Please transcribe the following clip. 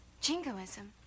Jingoism